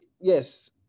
yes